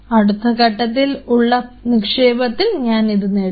അടുത്തഘട്ടത്തിൽ ഉള്ള നിക്ഷേപത്തിൽ ഞാനിത് നേടും